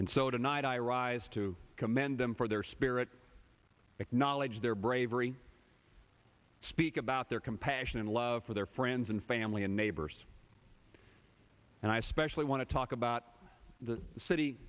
and so tonight i rise to commend them for their spirit acknowledge their bravery speak about their compassion and love for their friends and family and neighbors and i especially want to talk about the city